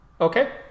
Okay